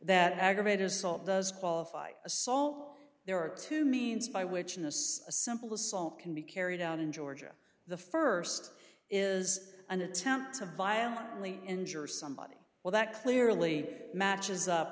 that aggravated assault does qualify assault there are two means by which in this a simple assault can be carried out in georgia the first is an attempt to violently injure somebody well that clearly matches up